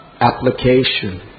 application